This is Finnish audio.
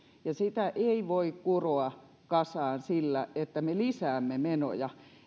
sitä ei voi kuroa kasaan sillä että me lisäämme menoja